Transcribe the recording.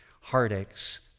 heartaches